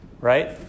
Right